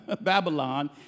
Babylon